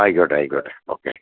ആയിക്കോട്ടെ ആയിക്കോട്ടെ ഓക്കേ